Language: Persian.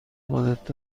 خودت